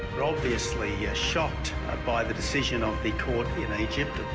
we're obviously yeah shocked ah by the decision of the court in egypt.